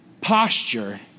posture